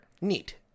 Neat